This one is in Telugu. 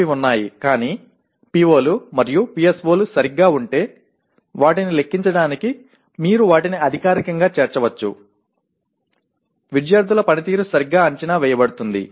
అవి వున్నాయి కానీ PO లు మరియు PSO లు సరిగ్గా ఉంటే వాటిని లెక్కించడానికి మీరు వాటిని అధికారికంగా చేర్చవచ్చు విద్యార్థుల పనితీరు సరిగ్గా అంచనా వేయబడుతుంది